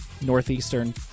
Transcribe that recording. Northeastern